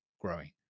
growing